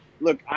look